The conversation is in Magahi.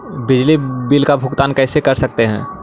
बिजली बिल का भुगतान कैसे कर सकते है?